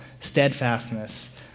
steadfastness